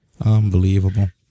Unbelievable